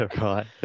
right